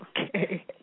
Okay